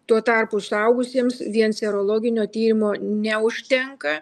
tuo tarpu suaugusiems vien serologinio tyrimo neužtenka